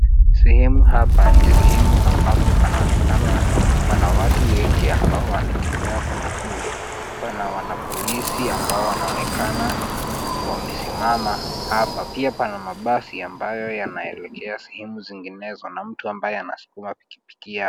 Sehemu hapa ni sehemu ambapo panaonekana pana watu wengi ambao wanatembea kwa miguu. Pana wanapolisi ambao wanaonekana wamesimama hapa. Pia pana mabasi ambayo yanaelekea sehemu zinginezo na mtu ambaye anaskuma pikipiki yake.